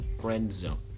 friend-zone